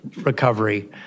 recovery